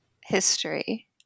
history